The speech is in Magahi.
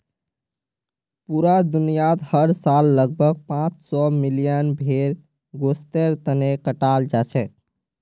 पूरा दुनियात हर साल लगभग पांच सौ मिलियन भेड़ गोस्तेर तने कटाल जाछेक